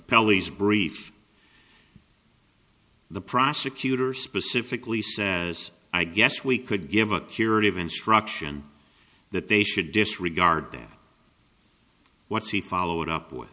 pelleas brief the prosecutor specifically says i guess we could give a curative instruction that they should disregard them what's he followed up with